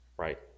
Right